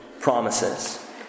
promises